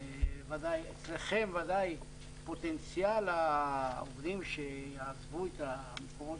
אצלכם ודאי פוטנציאל העובדים שיעזבו את מקומות